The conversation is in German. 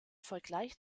vergleich